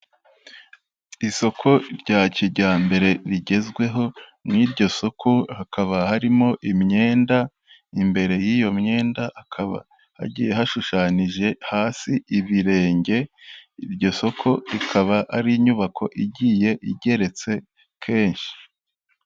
Isoko rya kijyambere rigezweho, mu iryo soko hakaba harimo imyenda, imbere y'iyo myenda akaba hagiye hashushanije hasi ibirenge, iryo soko rikaba ari inyubako igiye igeretse kenshi.